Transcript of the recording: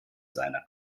seiner